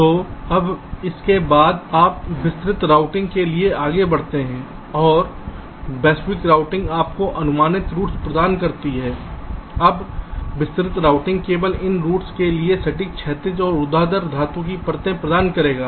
तो अब उसके बाद आप विस्तृत रूटिंग के लिए आगे बढ़ते हैं और वैश्विक रूटिंग आपको अनुमानित रूट्स प्रदान करती है अब विस्तृत रूटिंग केवल इन रूट्स के लिए सटीक क्षैतिज और ऊर्ध्वाधर धातु की परतें प्रदान करेगा